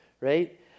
right